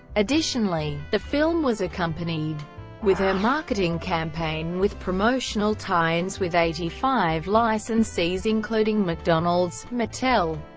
additionally, the film was accompanied with a marketing campaign with promotional tie-ins with eighty five licensees including mcdonald's, mattel,